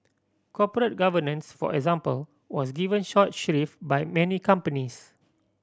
corporate governance for example was given short shrift by many companies